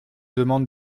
demande